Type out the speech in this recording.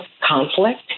conflict